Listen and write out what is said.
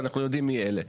ואנחנו יודעים מי אלה.